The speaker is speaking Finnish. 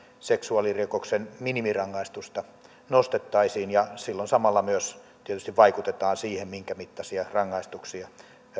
seksuaalirikoksen minimirangaistusta nostettaisiin ja silloin samalla myös tietysti vaikutetaan siihen minkä mittaisia rangaistuksia